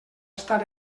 estar